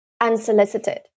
unsolicited